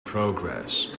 progress